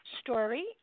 story